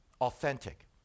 authentic